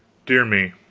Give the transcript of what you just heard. dear me,